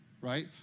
right